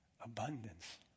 abundance